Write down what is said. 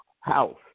house